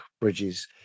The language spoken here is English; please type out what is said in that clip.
bridges